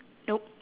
nope